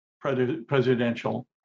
presidential